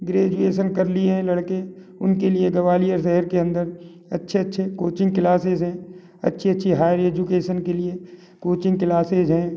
graduation कर लिए हैं लड़के उनके लिए ग्वालियर शहर के अंदर अच्छे अच्छे कोचिंग क्लासेस हैं अच्छी अच्छी हायर एजुकेसन के लिए कोचिंग क्लासेस हैं